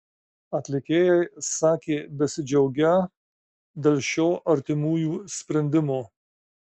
atlikėjai sakė besidžiaugią dėl šio artimųjų sprendimo